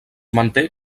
manté